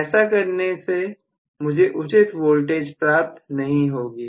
ऐसा करने से मुझे उचित वोल्टेज प्राप्त नहीं होगी